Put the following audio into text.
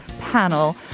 panel